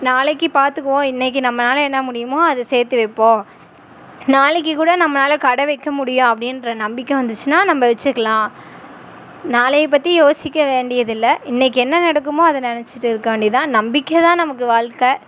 நாளைக்கு பார்த்துக்குவோம் இன்றைக்கி நம்மளால் என்ன முடியுமோ அதைச் சேர்த்து வைப்போம் நாளைக்கு கூட நம்மளால் கடை வைக்க முடியும் அப்படின்ற நம்பிக்கை வந்துச்சுனால் நம்ம வச்சுக்கலாம் நாளை பற்றி யோசிக்க வேண்டியது இல்லை இன்றைக்கு என்ன நடக்குமோ அதை நினைச்சிட்டு இருக்க வேண்டியதுதான் நம்பிக்கை தான் நமக்கு வாழ்க்கை